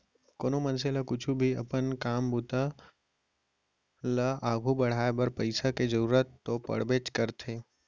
कोनो मनसे ल कुछु भी अपन काम बूता ल आघू बढ़ाय बर पइसा के जरूरत तो पड़बेच करथे